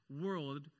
world